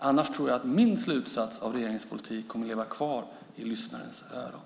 Annars tror jag att det blir min slutsats om regeringens politik som kommer att leva kvar i lyssnarens öron.